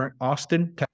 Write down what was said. Austin